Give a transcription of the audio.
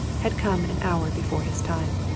had come an hour before his time.